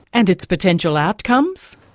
and its potential outcomes?